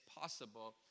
possible